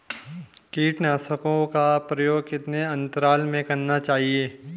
कीटनाशकों का प्रयोग कितने अंतराल में करना चाहिए?